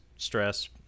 stress